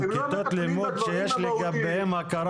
הם לא מטפלים בדברים המהותיים.